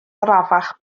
arafach